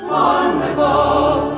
Wonderful